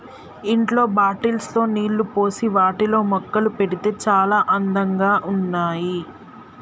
ఇంట్లో బాటిల్స్ లో నీళ్లు పోసి వాటిలో మొక్కలు పెడితే చాల అందంగా ఉన్నాయి